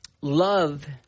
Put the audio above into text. love